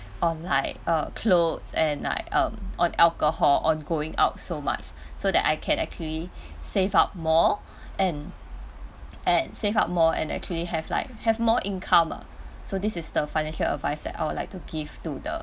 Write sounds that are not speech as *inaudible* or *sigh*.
on like uh cloths and like um on alcohol on going out so much so that I can actually save out more and *noise* and save out more and actually have like have more income ah so this is the financial advice that I would like to give to the